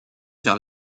vers